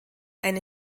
eine